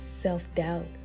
self-doubt